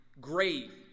grave